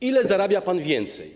Ile zarabia pan więcej?